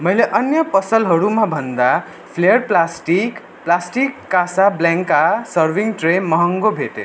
मैले अन्य पसलहरूमा भन्दा Flair plastic plastic Casablanca serving tray महँगो भेटेँ